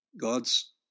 God's